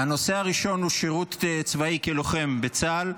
הנושא הראשון הוא שירות צבאי כלוחם בצה"ל,